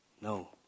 No